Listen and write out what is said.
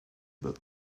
bob